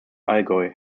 allgäu